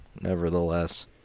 nevertheless